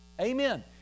amen